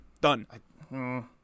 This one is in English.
done